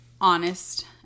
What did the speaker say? honest